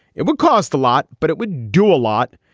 it would cost a lot, but it would do a lot,